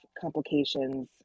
complications